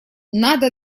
надо